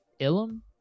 Ilum